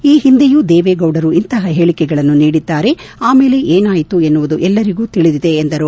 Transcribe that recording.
ಈ ಹಿಂದೆಯೂ ದೇವೇಗೌಡರು ಇಂತಪ ಹೇಳಿಕೆಗಳನ್ನು ನೀಡಿದ್ದಾರೆ ಆಮೇಲೆ ಏನಾಯಿತು ಎನ್ನುವುದು ಎಲ್ಲರಿಗೂ ತಿಳಿದಿದೆ ಎಂದರು